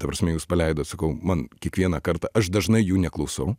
ta prasme jūs paleidot sakau man kiekvieną kartą aš dažnai jų neklausau